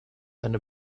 eine